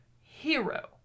Hero